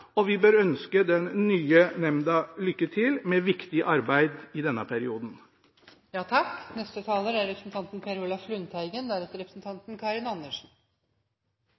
og vi bør ønske den nye nemnda lykke til med viktig arbeid i denne perioden.